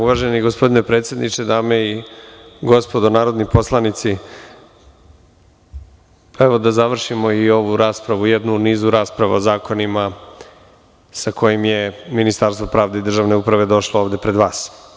Uvaženi gospodine predsedniče, dame i gospodo narodni poslanici, evo da završimo i ovu raspravu, jednu u nizu rasprava o zakonima sa kojim je Ministarstvo pravde i državne uprave došlo ovde pred vas.